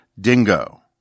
dingo